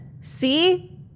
See